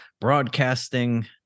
broadcasting